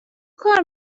کار